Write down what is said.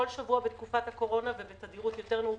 בכל שבוע בתקופת הקורונה, ובתדירות יותר נמוכה,